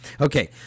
Okay